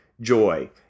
Joy